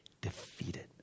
defeated